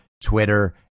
Twitter